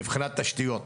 מבחינת תשתיות.